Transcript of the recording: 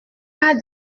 pas